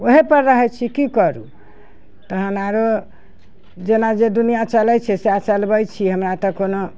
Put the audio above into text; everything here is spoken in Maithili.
ओहे पर रहै छी की करू तहन आरो जेना जे दुनिआ चलै छै सएह चलबै छियै हमरा तऽ कोनो